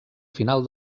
final